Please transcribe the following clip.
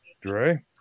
Dre